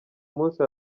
munsi